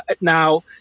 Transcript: Now